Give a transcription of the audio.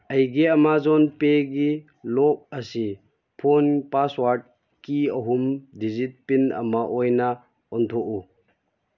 ꯑꯩꯒꯤ ꯑꯃꯥꯖꯣꯟ ꯄꯦꯒꯤ ꯂꯣꯛ ꯑꯁꯤ ꯐꯣꯟ ꯄꯥꯁꯋꯔꯗꯇꯀꯤ ꯑꯍꯨꯝ ꯗꯤꯖꯤꯠ ꯄꯤꯟ ꯑꯃ ꯑꯣꯏꯅ ꯑꯣꯟꯊꯣꯛꯎ